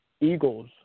Eagles